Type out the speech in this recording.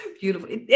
beautiful